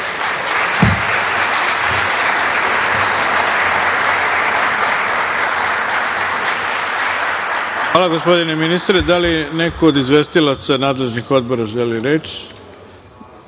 Hvala, gospodine ministre. Da li neko od izvestilaca nadležnih odbora želi reč?